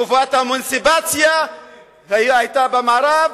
תקופת האמנציפציה היתה במערב,